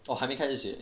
!wah! 还没开始写